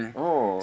oh